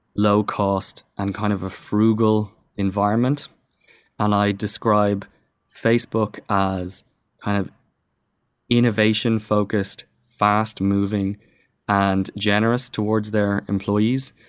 low-cost and kind of a frugal environment and i describe facebook as kind of innovation-focused, fast-moving and generous towards their employees.